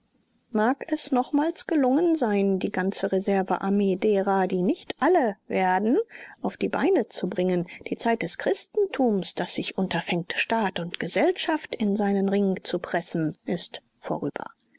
mag es nochmals gelungen sein die ganze reservearmee derer die nicht alle werden auf die beine zu bringen die zeit des christentums das sich unterfängt staat und gesellschaft in seinen ring zu pressen ist vorüber